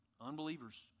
unbelievers